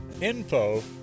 info